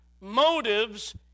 motives